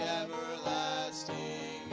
everlasting